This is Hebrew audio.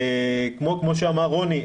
כמו שאמר רוני,